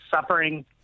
suffering